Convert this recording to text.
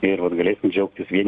ir vat galėsim džiaugtis vieni